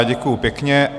Děkuji pěkně.